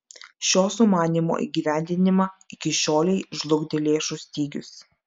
šio sumanymo įgyvendinimą iki šiolei žlugdė lėšų stygius